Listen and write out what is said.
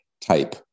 type